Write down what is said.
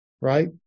right